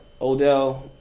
Odell